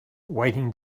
waiting